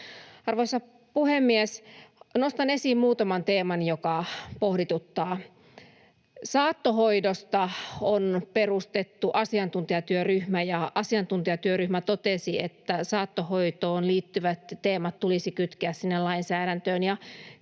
Arvoisa puhemies! Nostan esiin muutaman teeman, jotka pohdituttavat. Saattohoidosta on perustettu asiantuntijatyöryhmä, joka totesi, että saattohoitoon liittyvät teemat tulisi kytkeä sinne lainsäädäntöön.